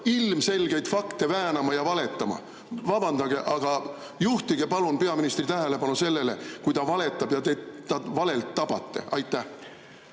ilmselgeid fakte väänama ja valetama. Vabandage, aga palun juhtige peaministri tähelepanu sellele, kui ta valetab ja te ta valelt tabate.